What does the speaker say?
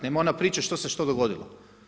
Nema ona priča što se što dogodilo.